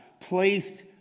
placed